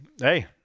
hey